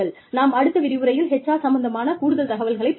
நாம் அடுத்த விரிவுரையில் HR சம்பந்தமான கூடுதல் தகவல்களைப் பார்க்கலாம்